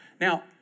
Now